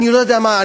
אני לא יודע מה,